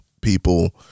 people